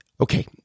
Okay